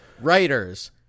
Writers